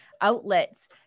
outlets